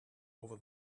over